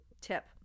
tip